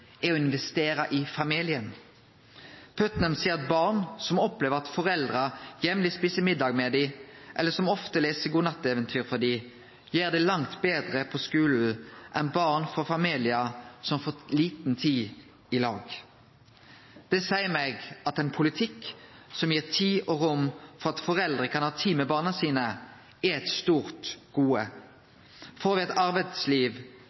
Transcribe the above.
er å investere i familiane. Putnam seier at barn som opplever at foreldra jamleg et middag med dei, eller ofte les godnatteventyr for dei, gjer det langt betre på skulen enn barn frå familiar som får lita tid i lag. Det seier meg at ein politikk som gir tid og rom for at foreldre kan ha tid med barna sine, er eit stort gode. Får me eit arbeidsliv